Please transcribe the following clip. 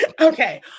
Okay